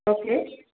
okay